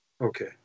Okay